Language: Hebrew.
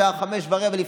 בשעה 05:15,